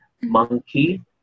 Monkey